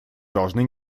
должны